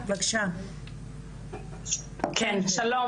אלא בקשה הומניטרית לקבוצה